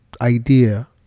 idea